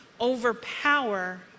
overpower